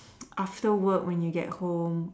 after work when you get home